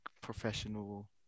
professional